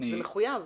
זה מחויב.